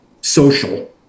social